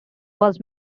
was